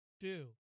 two